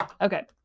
Okay